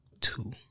two